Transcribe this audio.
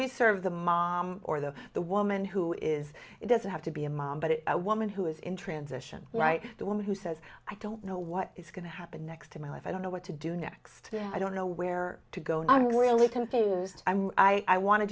we serve the mom or the the woman who is it doesn't have to be a mom but a woman who is in transition right the woman who says i don't know what is going to happen next to me if i don't know what to do next i don't know where to go and i'm